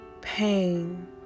pain